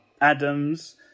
adams